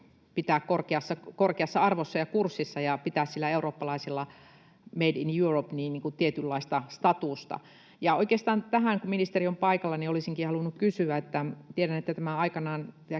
pitää korkeassa arvossa ja kurssissa ja pitää sillä eurooppalaisella ”Made in Europe” -tiedolla tietynlaista statusta. Oikeastaan tästä, kun ministeri on paikalla, olisinkin halunnut kysyä: Tiedän, että tämä aikanaan